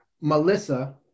Melissa